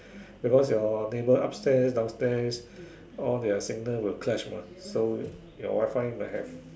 because your neighbour upstairs downstairs all their signal will clash mah so your Wifi might have